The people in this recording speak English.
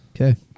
Okay